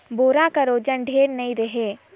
बोरा कर ओजन ढेर नी रहें